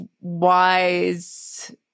wise